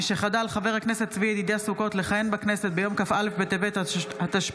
משחדל חבר הכנסת צבי ידידיה סוכות לכהן בכנסת ביום כ"א בטבת התשפ"ה,